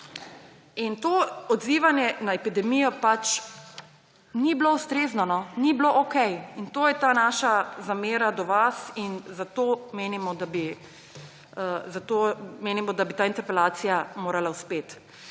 In to odzivanje na epidemijo pač ni bilo ustrezno, ni bilo okej. In to je ta naša zamera do vas in zato menimo, da bi ta interpelacija morala uspeti.